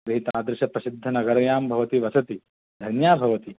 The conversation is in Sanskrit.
एतादृशप्रसिद्धनगर्यां भवती वसति धन्या भवति